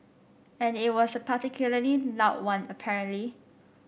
and it was a particularly loud one apparently